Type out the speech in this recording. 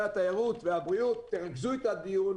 התיירות והבריאות תרכזו את הדיון,